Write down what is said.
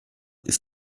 ist